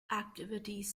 activities